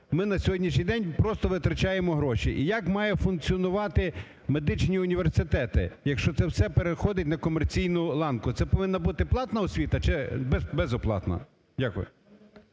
ми на сьогоднішні день просто витрачаємо гроші. І як мають функціонувати медичні університети, якщо це все переходить на комерційну ланку. Це повинна бути платна освіта чи безоплатна? Дякую.